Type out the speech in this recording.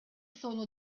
sono